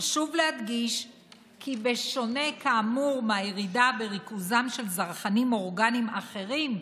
חשוב להדגיש כי בשונה כאמור מהירידה בריכוזם של זרחנים אורגניים אחרים,